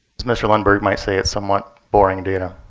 as mr. lundberg might say, it's somewhat boring data.